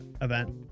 Event